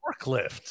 Forklift